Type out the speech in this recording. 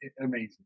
amazing